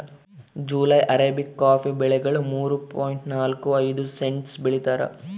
July arabica coffee ಬೆಲೆಗಳು ಮೂರು point ನಾಲ್ಕು ಐದು ಸೆಂಟ್ಸ್ ಬೆಳೀತಾರ